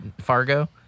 fargo